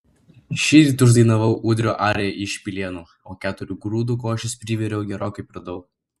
šįryt uždainavau ūdrio ariją iš pilėnų o keturių grūdų košės priviriau gerokai per daug